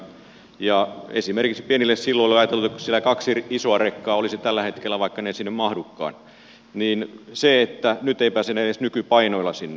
ja kun esimerkiksi pienille silloille on tällä hetkellä ajateltu niin kuin siellä kaksi isoa rekkaa olisi vaikka ne eivät sinne mahdukaan niin nyt ei pääse edes nykypainoilla sinne